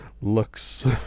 looks